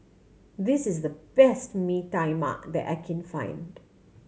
this is the best Mee Tai Mak that I can find